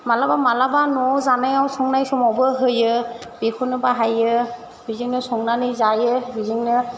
मालाबा मालाबा न'आव जानायाव संनाय समावबो होयो बेखौनो बाहायो बेजोंनो संनानै जायो बेजोंनो